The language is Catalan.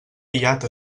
aïllat